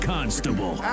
Constable